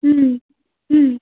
ம் ம்